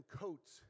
coats